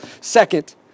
Second